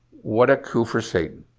what a coup for satan!